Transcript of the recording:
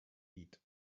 eat